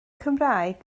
cymraeg